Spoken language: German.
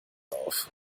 auf